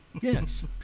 Yes